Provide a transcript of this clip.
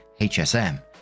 hsm